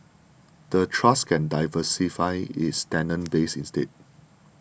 the trust can diversify its tenant base instead